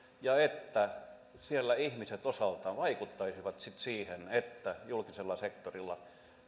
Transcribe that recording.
ja rohkaista että siellä ihmiset osaltaan vaikuttaisivat sitten siihen että julkisella sektorilla